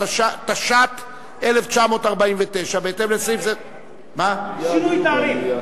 התש”ט 1949. זה שינוי תעריף.